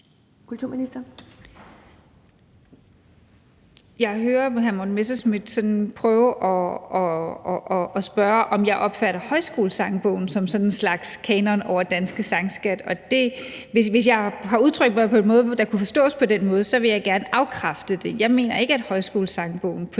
Mogensen): Jeg hører hr. Morten Messerschmidt sådan prøve at spørge, om jeg opfatter »Højskolesangbogen« som en slags kanon over den danske sangskat, og hvis jeg har udtrykt mig på en måde, så det kunne forstås sådan, så vil jeg gerne afkræfte det. Jeg mener ikke, at »Højskolesangbogen« på